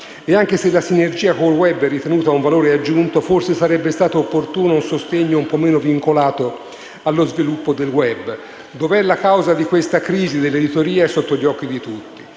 Anche se la sinergia con il *web* è ritenuta un valore aggiunto, forse sarebbe stato opportuno un sostegno un po' meno vincolato allo sviluppo del *web*. Dove sia la causa di questa crisi è sotto gli occhi di tutti: